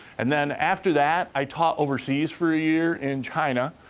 and then, after that, i taught overseas for a year in china,